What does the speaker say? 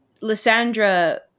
Lysandra